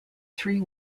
three